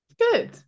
good